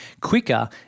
quicker